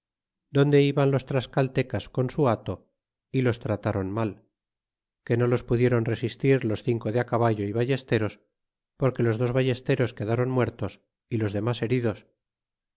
donde iban los tlascaltecas con su bato y los tratron mal que no los pudieron resistir los cinco de caballo y ballesteros porque los dos ballesteros quedron muertos y los demas heridos